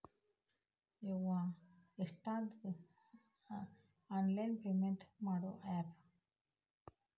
ಯವ್ವಾ ಎಷ್ಟಾದವೇ online payment ಮಾಡೋ ಆಪ್